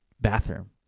bathroom